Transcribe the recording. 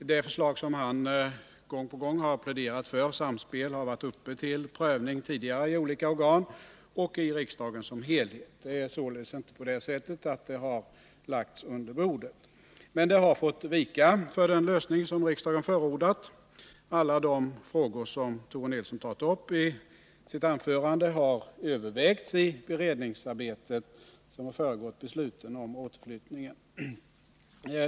Det förslag, Samspel. som han gång på gång har pläderat för har varit uppe till prövning tidigare i olika organ och i riksdagen som helhet. Det är således inte på det sättet att förslaget har lagts under bordet. Men det har fått vika för den lösning som riksdagen förordade. Alla de frågor som Tore Nilsson tagit upp i sitt 4 anförande har övervägts i beredningsarbete som föregått besluten om återflyttningen.